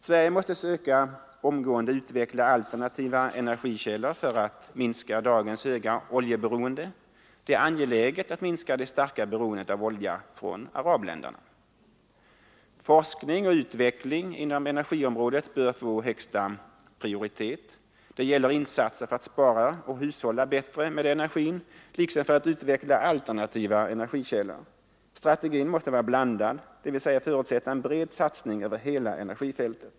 Sverige måste omgående söka utveckla alternativa energikällor för att minska dagens höga oljeberoende. Det är angeläget att minska det starka beroendet av olja från arabländerna. Forskning och utveckling inom energiområdet bör få högsta prioritet. Det gäller insatser för att spara och hushålla bättre med energin liksom för att utveckla alternativa energikällor. Strategin måste vara ”blandad”, dvs. förutsätta en bred satsning över hela energifältet.